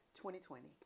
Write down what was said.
2020